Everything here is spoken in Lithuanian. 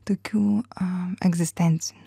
tokių a egzistencinių